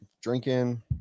drinking